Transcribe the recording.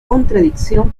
contradicción